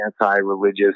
anti-religious